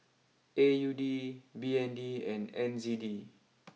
A U D B N D and N Z D